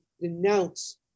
denounce